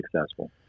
successful